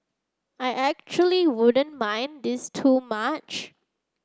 I actually wouldn't mind this too much